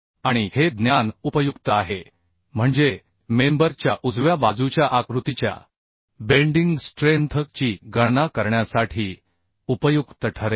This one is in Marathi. आणि हे ज्ञान उपयुक्त आहे म्हणजे मेंबर च्या बाजूच्या आकृतीच्या बेंडिंग स्ट्रेंथ ची गणना करण्यासाठी उपयुक्त ठरेल